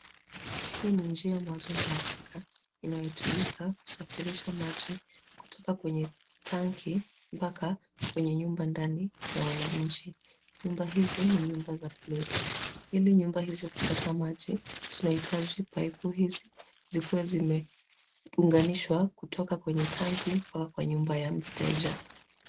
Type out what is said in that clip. Hii ni njia moja mwafaka inayotumika kusafirisha maji kutoka kwenye tanki mpaka kwenye nyumba ndani ya wananchi. Nyumba hizi ni nyumba za ploti . Ili nyumba iweze kupata maji, tunahitaji paipu hizi zikiwa zimeunganishwa kutoka kwenye tanki mpaka kwa nyumba ya mteja.